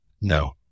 No